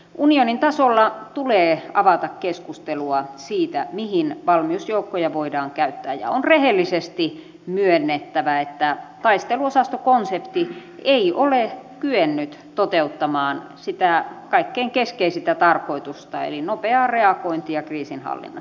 unionin tasolla tulee avata keskustelua siitä mihin valmiusjoukkoja voidaan käyttää ja on rehellisesti myönnettävä että taisteluosastokonsepti ei ole kyennyt toteuttamaan sitä kaikkein keskeisintä tarkoitustaan eli nopeaa reagointia kriisinhallinnassa